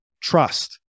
trust